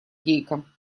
гейка